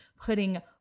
putting